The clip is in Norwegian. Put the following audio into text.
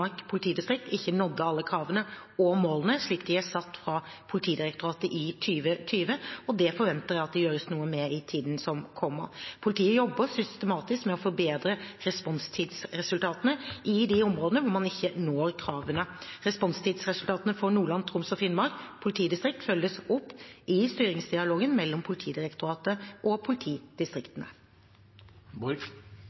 ikke nådde alle kravene og målene slik de er satt fra Politidirektoratet i 2020, og det forventer jeg at det gjøres noe i med i tiden framover. Politiet jobber systematisk med å forbedre responstidsresultatene i de områdene hvor man ikke når kravene. Responstidsresultatene for politidistriktene Nordland, Troms og Finnmark følges opp i styringsdialogen mellom Politidirektoratet og